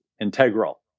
integral